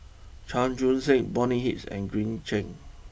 Chan Chun sing Bonny Hicks and Green Zeng